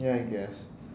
ya I guess